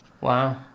Wow